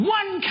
one